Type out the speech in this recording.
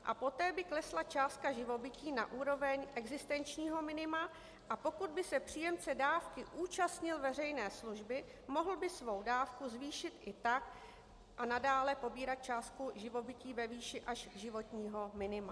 A poté by klesla částka živobytí na úroveň existenčního minima, a pokud by se příjemce dávky účastnil veřejné služby, mohl by svou dávku zvýšit i tak a nadále pobírat částku živobytí ve výši až životního minima.